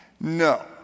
No